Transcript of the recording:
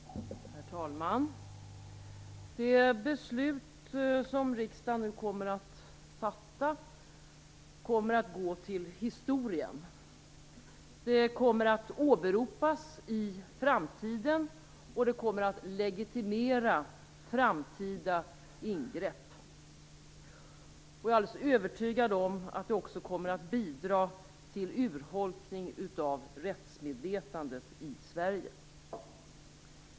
Herr talman! Det beslut som riksdagen nu kommer att fatta kommer att gå till historien. Det kommer att åberopas i framtiden, och det kommer att legitimera framtida ingrepp. Jag är alldeles övertygad om att det också kommer att bidra till urholkning av rättsmedvetandet i Sverige.